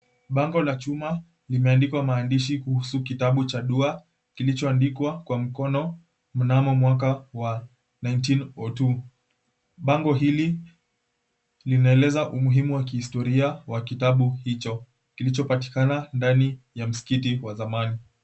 Bango la chuma limeandikwa maandishi kuhusu kitabu cha dua kilichoandikwa kwa mkono mnamo mwaka wa 1902. Bango hili linaeleza umuhimu wa kihistoria wa kitabu hicho kilichopatikana ndani ya msikiti wa zamani.